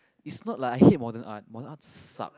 is not like I hate modern art modern art suck